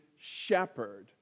shepherd